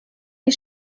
you